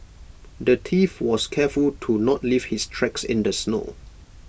the thief was careful to not leave his tracks in the snow